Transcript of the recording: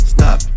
Stop